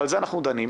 ועל זה אנחנו דנים,